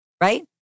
right